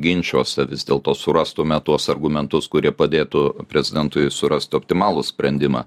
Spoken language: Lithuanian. ginčuose vis dėlto surastume tuos argumentus kurie padėtų prezidentui surasti optimalų sprendimą